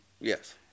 Yes